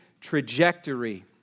trajectory